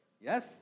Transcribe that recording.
Yes